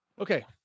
okay